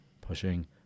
pushing